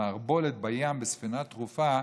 במערבולת בים בספינה טרופה,